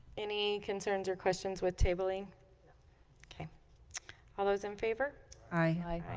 any concerns or questions with tabling okay all those in favor aye